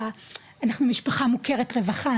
אנחנו משפחה מוכרת רווחה,